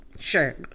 Sure